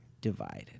divided